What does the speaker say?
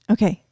Okay